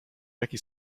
jaki